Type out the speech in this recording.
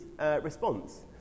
response